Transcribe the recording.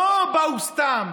לא באו סתם.